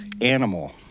animal